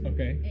Okay